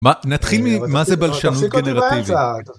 נתחיל ממה זה בלשנות ג'נרטיבית